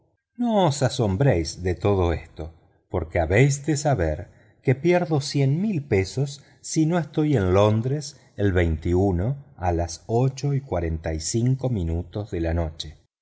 no os asombréis de todo esto porque habéis de saber que pierdo veinte mil libras si no estoy en londres el a las ocho y cuarenta y cinco minutos de la noche